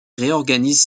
réorganise